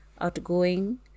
outgoing